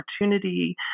opportunity